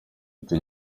ati